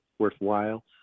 worthwhile